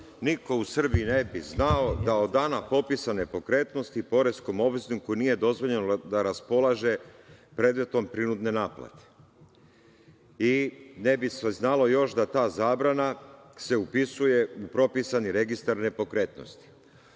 niko u Srbiji ne bi znao da od dana popisa nepokretnosti poreskom obvezniku nije dozvoljeno da raspolaže predmetom prinudne naplate. Ne bi se znalo još da ta zabrana se upisuje u propisani registar nepokretnosti. Znači,